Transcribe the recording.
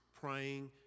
praying